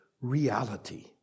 reality